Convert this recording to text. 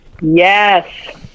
yes